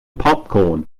popcorn